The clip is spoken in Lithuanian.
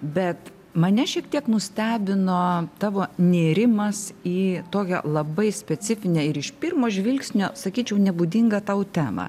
bet mane šiek tiek nustebino tavo nėrimas į tokią labai specifinę ir iš pirmo žvilgsnio sakyčiau nebūdingą tau temą